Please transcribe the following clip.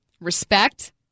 Respect